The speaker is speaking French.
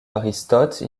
aristote